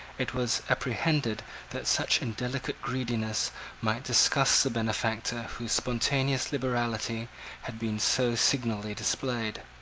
it was apprehended that such indelicate greediness might disgust the benefactor whose spontaneous liberality had been so signally displayed.